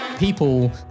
people